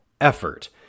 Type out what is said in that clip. effort